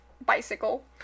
bicycle